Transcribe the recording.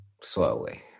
slowly